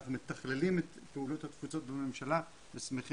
אנחנו מתכללים את פעולות התפוצות בממשלה ושמחים